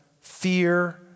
fear